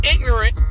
ignorant